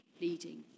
leading